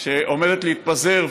שעומדת להתפזר,